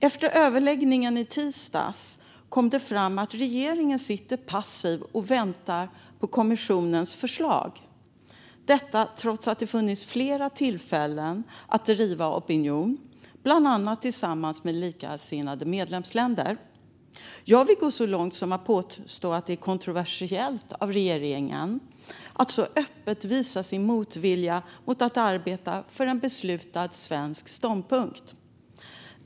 Efter överläggningen i tisdags kom det fram att regeringen sitter passiv och väntar på kommissionens förslag, detta trots att det funnits flera tillfällen att driva opinion bland annat tillsammans med likasinnade medlemsländer. Jag vill gå så långt som att påstå att det är kontroversiellt av regeringen att så öppet visa sin motvilja mot att arbeta för en beslutad svensk ståndpunkt.